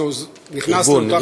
וזה נכנס לאותה קבוצה,